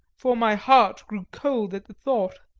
for my heart grew cold at the thought.